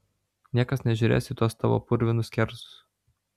niekas nežiūrės į tuos tavo purvinus kerzus